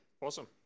Awesome